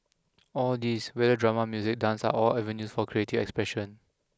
all these whether drama music dance are all avenues for creative expression